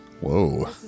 Whoa